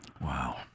Wow